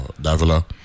davila